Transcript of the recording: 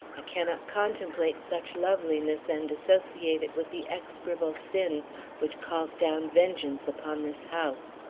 i cannot contemplate such loveliness and associate it with the execrable sin which calls down vengeance upon this house.